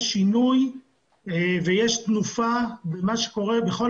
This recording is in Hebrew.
יש שינוי ויש תנופה במה שקורה בכל